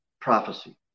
prophecy